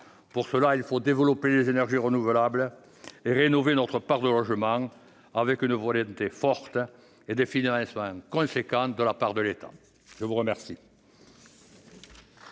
même temps, il faut développer les énergies renouvelables et rénover notre parc de logements, avec une volonté forte et des financements importants de la part de l'État. La parole